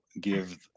give